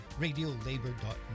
radiolabor.net